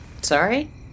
Sorry